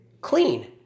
clean